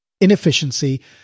inefficiency